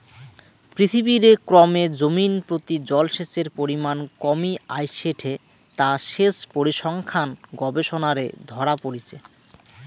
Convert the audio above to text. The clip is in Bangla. পৃথিবীরে ক্রমে জমিনপ্রতি জলসেচের পরিমান কমি আইসেঠে তা সেচ পরিসংখ্যান গবেষণারে ধরা পড়িচে